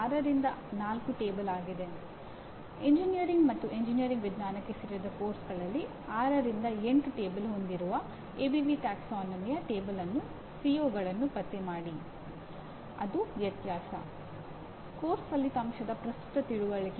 ನಿಮ್ಮ ನೆಚ್ಚಿನ ಉತ್ತಮ ಎಂಜಿನಿಯರ್ ಅನ್ನು ನೀವು ಗುರುತಿಸಬಹುದು ಮತ್ತು ಆಯ್ಕೆ ಮಾಡಬಹುದು ಮತ್ತು ನಂತರ 250 ರಿಂದ 400 ಪದಗಳಲ್ಲಿ ನೀವು ಅವನನ್ನು ಅಥವಾ ಅವಳನ್ನು ಉತ್ತಮ ಎಂಜಿನಿಯರ್ ಎಂದು ಏಕೆ ಪರಿಗಣಿಸುತ್ತೀರಿ ಎಂದು ತಿಳಿಸಿರಿ